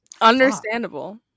Understandable